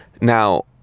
Now